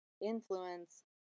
influence